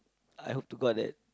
I hope to god that